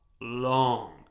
long